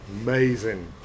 amazing